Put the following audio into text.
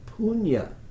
punya